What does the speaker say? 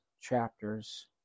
chapters